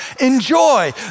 enjoy